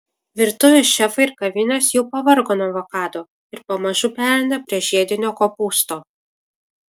virtuvės šefai ir kavinės jau pavargo nuo avokado ir pamažu pereina prie žiedinio kopūsto